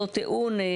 אותו טיעון.